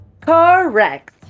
Correct